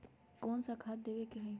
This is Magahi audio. कोन सा खाद देवे के हई?